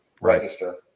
register